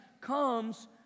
comes